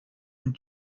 une